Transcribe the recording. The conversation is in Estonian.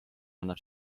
annab